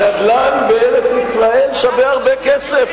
הנדל"ן בארץ-ישראל שווה הרבה כסף.